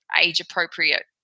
age-appropriate